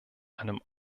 einem